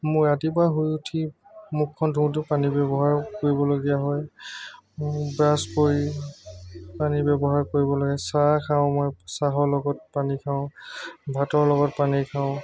মোৰ ৰাতিপুৱা শুই উঠি মুখখন ধুওতেও পানী ব্যৱহাৰ কৰিবলগীয়া হয় ব্ৰাছ কৰি পানী ব্যৱহাৰ কৰিব লাগে চাহ খাওঁ মই চাহৰ লগত পানী খাওঁ ভাতৰ লগত পানী খাওঁ